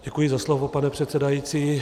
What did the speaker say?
Děkuji za slovo, pane předsedající.